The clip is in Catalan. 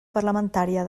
parlamentària